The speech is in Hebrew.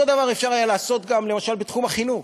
אותו דבר אפשר היה לעשות גם, למשל, בתחום החינוך.